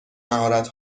مهارت